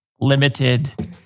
limited